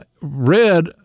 Red